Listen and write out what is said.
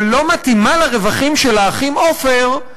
או לא מתאימה לרווחים של האחים עופר,